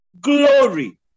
glory